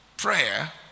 Prayer